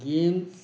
games